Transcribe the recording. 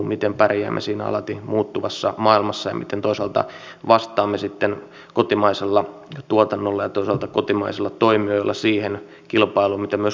miten pärjäämme siinä alati muuttuvassa maailmassa ja miten toisaalta vastaamme sitten kotimaisella tuotannolla ja toisaalta kotimaisilla toimijoilla siihen kilpailuun mitä myös globaalit toimijat suomeen tuovat